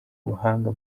ubuhanga